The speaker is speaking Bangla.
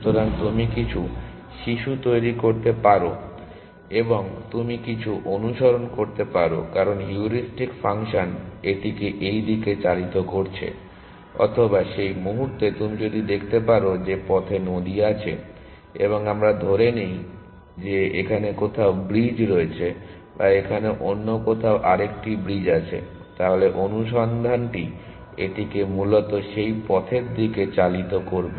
সুতরাং তুমি কিছু শিশু তৈরি করতে পারো এবং তুমি কিছু পথ অনুসরণ করতে পারো কারণ হিউরিস্টিক ফাংশন এটিকে এই দিকে চালিত করছে অথবা সেই মুহুর্তে তুমি দেখতে পারো যে পথে নদী আছে এবং আমরা ধরে নিই যে এখানে কোথাও ব্রিজ রয়েছে বা এখানে অন্য কোথাও আরেকটি ব্রিজ আছে তাহলে অনুসন্ধানটি এটিকে মূলত সেই পথের দিকে চালিত করবে